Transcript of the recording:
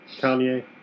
Kanye